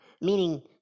meaning